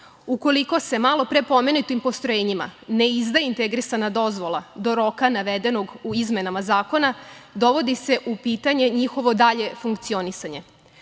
itd. Ukoliko se malo pre pomenutim postrojenjima ne izda integrisana dozvola do roka navedenog u izmenama zakona, dovodi se u pitanje njihovo dalje funkcionisanje.